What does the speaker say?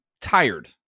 tired